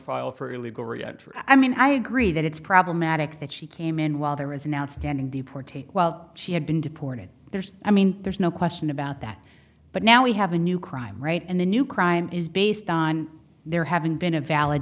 reentry i mean i agree that it's problematic that she came in while there was an outstanding deportation while she had been deported there's i mean there's no question about that but now we have a new crime right and the new crime is based on there having been a valid